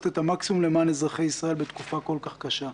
עבור אזרחי ישראל בתקופה כל כך קשה.